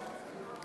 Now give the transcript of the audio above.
לא.